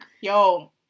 Yo